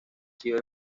sido